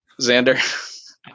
Xander